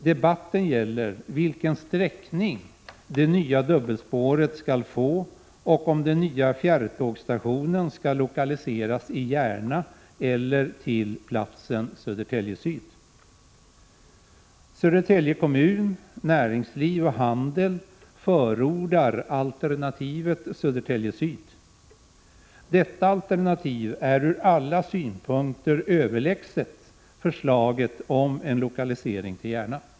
Debatten gäller vilken sträckning det nya dubbelspåret skall få och om den nya fjärrtågsstationen skall lokaliseras i Järna eller till platsen Södertälje Syd. Södertälje kommun, näringsliv och handel förordar alternativet Södertälje Syd. Detta alternativ är från alla synpunkter överlägset förslaget om en lokalisering i Järna.